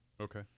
Okay